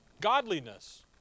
Godliness